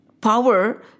power